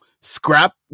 Scrap